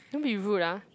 don't be rude ah